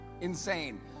Insane